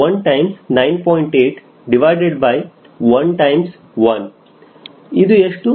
ವಿದ್ಯಾರ್ಥಿ 4 ರಿಂದ 5